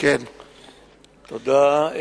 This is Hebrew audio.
תודה.